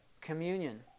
Communion